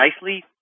nicely